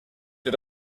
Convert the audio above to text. did